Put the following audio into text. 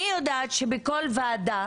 אני יודעת שבכל ועדה